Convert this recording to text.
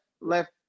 left